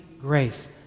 grace